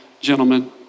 gentlemen